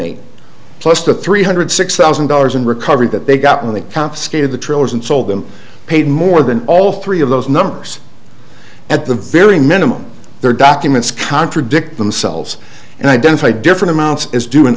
eight plus the three hundred six thousand dollars in recovery that they got when they confiscated the trailers and sold them paid more than all three of those numbers at the very minimum their documents contradict themselves and identify different amounts is d